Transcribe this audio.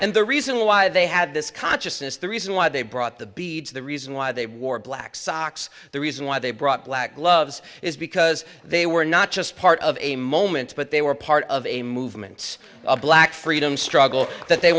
and the reason why they have this consciousness the reason why they brought the beads the reason why they wore black socks the reason why they brought black gloves is because they were not just part of a moment but they were part of a movement of black freedom struggle that they